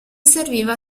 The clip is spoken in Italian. serviva